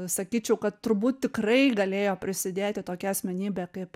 sakyčiau kad turbūt tikrai galėjo prisidėti tokia asmenybę kaip